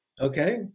Okay